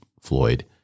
Floyd